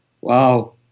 Wow